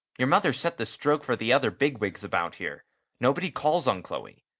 your mother's set the stroke for the other big-wigs about here nobody calls on chloe.